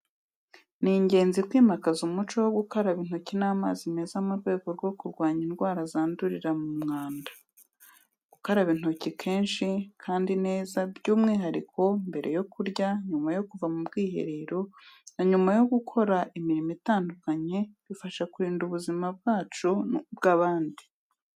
Ni ingenzi kwimakaza umuco wo gukaraba intoki n’amazi meza mu rwego rwo kurwanya indwara zandurira mu mwanda. Gukaraba intoki kenshi kandi neza, by'umwihariko mbere yo kurya, nyuma yo kuva mu bwiherero, na nyuma yo gukora imirimo itandukanye, bifasha kurinda ubuzima bwacu n'ubw’abandi.